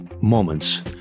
moments